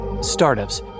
Startups